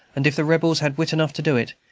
and if the rebels had wit enough to do it,